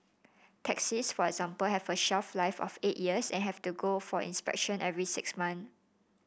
taxis for example have a shelf life of eight years and have to go for inspection every six months